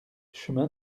chemin